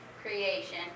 creation